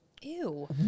Ew